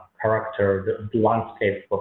character the landscape of